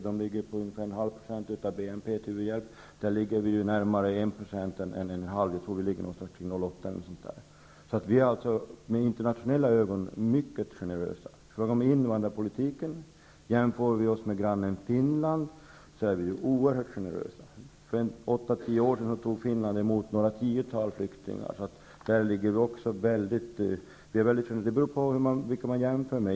De ger ungefär en halv procent av BNP till u-hjälp, och Sveriges u-hjälp är närmare 1 % än en halv, kanske 0,8 %. Med internationella ögon sett är vi alltså mycket generösa. Om vi jämför vår invandrarpolitik med grannen Finlands ser vi att vi är oerhört generösa. För 8--10 år sedan tog Finland emot något tiotal flyktingar. Det beror på vilka man jämför med.